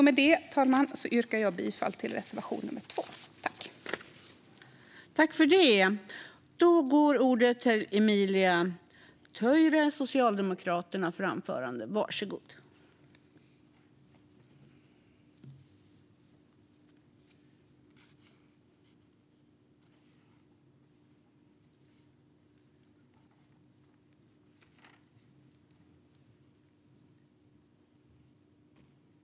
Med det, fru talman, yrkar jag bifall till reservation 2.